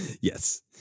yes